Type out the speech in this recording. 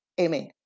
amen